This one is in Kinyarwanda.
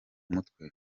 mutwe